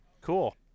Cool